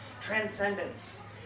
transcendence